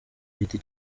giti